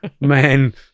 man